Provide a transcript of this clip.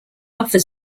buffer